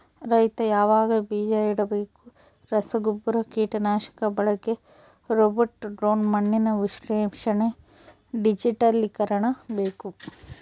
ರೈತ ಯಾವಾಗ ಬೀಜ ಇಡಬೇಕು ರಸಗುಬ್ಬರ ಕೀಟನಾಶಕ ಬಳಕೆ ರೋಬೋಟ್ ಡ್ರೋನ್ ಮಣ್ಣಿನ ವಿಶ್ಲೇಷಣೆ ಡಿಜಿಟಲೀಕರಣ ಬೇಕು